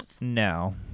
No